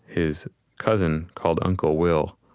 his cousin, called uncle will,